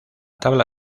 tabla